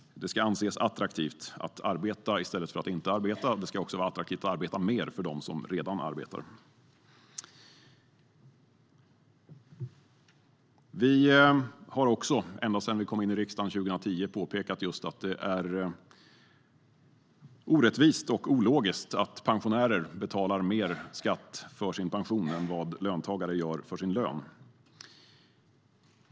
Det ska anses attraktivt att arbeta i stället för att inte arbeta, och det ska också vara attraktivt att arbeta mer för dem som redan arbetar. Vi har också, ända sedan vi kom in i riksdagen 2010, påpekat att det är orättvist och ologiskt att pensionärer betalar mer skatt för sin pension än vad löntagare gör för sin lön.